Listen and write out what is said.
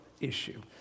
issue